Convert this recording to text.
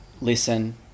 listen